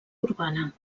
urbana